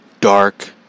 dark